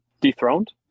dethroned